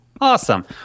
Awesome